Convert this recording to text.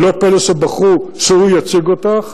ולא פלא שבחרו שהוא יציג אותך.